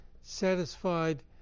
satisfied